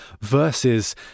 Versus